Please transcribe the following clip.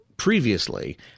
previously